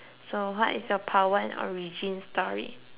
power and origin story